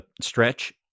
stretch